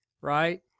Right